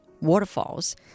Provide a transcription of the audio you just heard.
Waterfalls